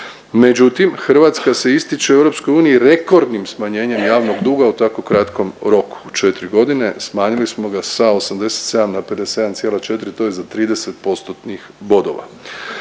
međutim Hrvatska se ističe u EU rekordnim smanjenjem javnog duga u tako kratkom roku. U četiri godine smanjili smo ga sa 87 na 57,4 to je za 30 postotnih bodova,